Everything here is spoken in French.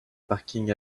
parking